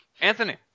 Anthony